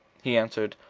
he answered,